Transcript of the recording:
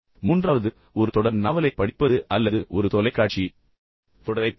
மூன்றாவது புள்ளி ஒரு தொடர் நாவலைப் படிப்பது அல்லது ஒரு தொலைக்காட்சி தொடரைப் பார்ப்பது